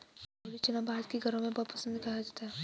काबूली चना भारत के घरों में बहुत पसंद से खाया जाता है